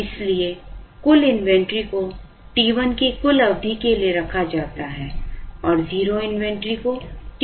इसलिए कुल इन्वेंट्री को t 1 की कुल अवधि के लिए रखा जाता है और 0 इन्वेंट्री को t 2 अवधि के लिए रखा जाता है